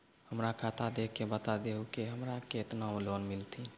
हमरा खाता देख के बता देहु के हमरा के केतना लोन मिलथिन?